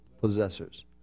possessors